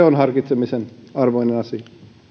on harkitsemisen arvoinen asia